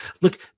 Look